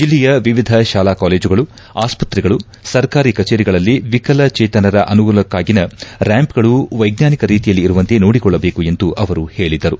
ಜಿಲ್ಲೆಯ ವಿವಿಧ ಶಾಲಾ ಕಾಲೇಜಗಳು ಆಸ್ತತ್ರೆಗಳು ಸರ್ಕಾರಿ ಕಚೇರಿಗಳಲ್ಲಿ ವಿಕಲಚೇತನರ ಅನುಕೂಲಕ್ಷಾಗಿನ ರ್ಕಾಂಪ್ಗಳು ವೈಜ್ಞಾನಿಕ ರೀತಿಯಲ್ಲಿ ಇರುವಂತೆ ನೋಡಿಕೊಳ್ಳಬೇಕು ಎಂದು ಅವರು ಹೇಳಿದರು